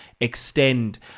extend